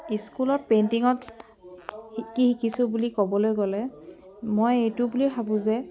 স্কুলত পেইণ্টিঙত কি কি শিকিছোঁ বুলি ক'বলৈ গ'লে মই এইটো বুলিয়ে ভাবোঁ যে